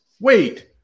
Wait